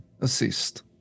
assist